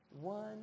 one